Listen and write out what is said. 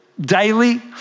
Daily